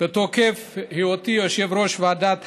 בתוקף היותי יושב-ראש ועדת העלייה,